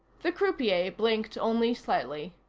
the croupier blinked only slightly.